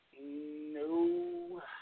no